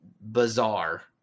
bizarre